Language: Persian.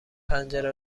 پنجره